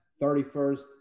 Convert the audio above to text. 31st